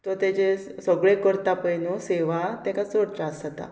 तो तेजे सगळे करता पळय न्हू सेवा ताका चड त्रास जाता